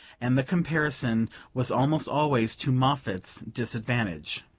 and the comparison was almost always to moffatt's disadvantage.